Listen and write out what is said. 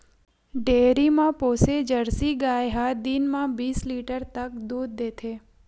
dairy म पोसे Jersey गाय ह दिन म बीस लीटर तक दूद देथे